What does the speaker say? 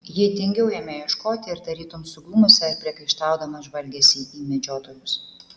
ji tingiau ėmė ieškoti ir tarytum suglumusi ar priekaištaudama žvalgėsi į medžiotojus